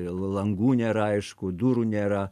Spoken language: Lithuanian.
langų nėra aišku durų nėra